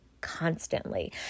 Constantly